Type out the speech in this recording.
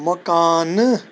مکانہٕ